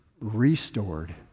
restored